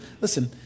listen